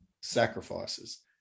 sacrifices